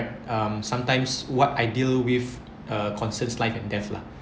um sometimes what I deal with uh concerns life and death lah